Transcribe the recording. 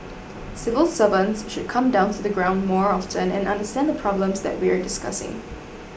civil servants should come down to the ground more often and understand the problems that we're discussing